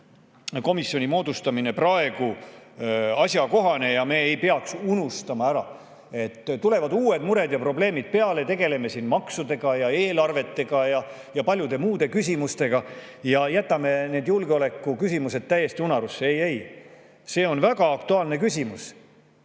komisjoni moodustamine praegu asjakohane ja me ei peaks seda ära unustama. Tulevad uued mured ja probleemid peale, tegeleme siin maksude, eelarvete ja paljude muude küsimustega ja julgeolekuküsimused võivad jääda täiesti unarusse. Ei-ei, see on väga aktuaalne küsimus.